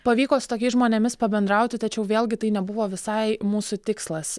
pavyko su tokiais žmonėmis pabendrauti tačiau vėlgi tai nebuvo visai mūsų tikslas